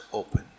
open